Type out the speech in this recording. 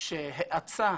שהאצה